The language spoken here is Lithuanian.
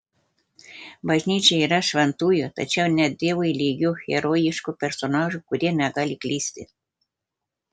bažnyčia yra šventųjų tačiau ne dievui lygių herojiškų personažų kurie negali klysti